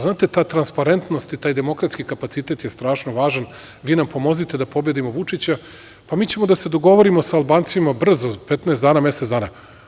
Znate, ta transparentnost i taj demokratski kapacitet je strašno važan, vi nam pomozite da pobedimo Vučića, pa ćemo se mi dogovoriti sa Albancima brzo, 15 dana, mesec dana.